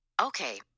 okay